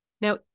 Now